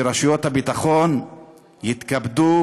שרשויות הביטחון יתכבדו